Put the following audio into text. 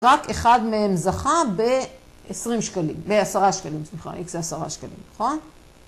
רק אחד מהם זכה ב-10 שקלים, סליחה, X זה 10 שקלים, נכון?